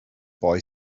boy